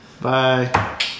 Bye